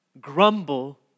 grumble